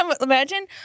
imagine